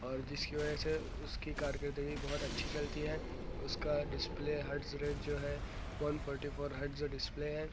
اور جس کی وجہ سے اس کی کارکردگی بہت اچھی چلتی ہے اس کا ڈسپلے ہرٹز ریٹ جو ہے one forty four hertz display ہے